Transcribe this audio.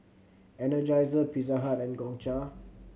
Energizer Pizza Hut and Gongcha